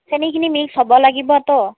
চেনীখিনি mix হ'ব লাগিবতো